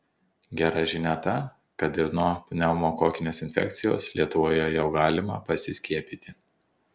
gera žinia ta kad ir nuo pneumokokinės infekcijos lietuvoje jau galima pasiskiepyti